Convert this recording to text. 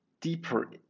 deeper